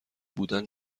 بودن